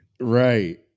Right